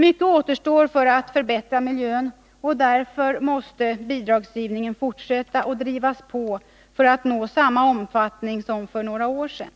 Mycket återstår för att förbättra miljön, och därför måste bidragsgivningen fortsätta och drivas på för att nå samma omfattning som för några år sedan.